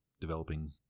developing